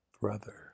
brother